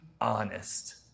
honest